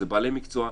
זה בעלי מקצוע,